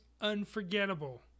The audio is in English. unforgettable